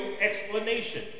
explanation